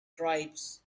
tribes